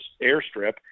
airstrip